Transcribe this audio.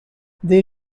they